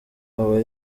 aba